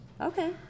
Okay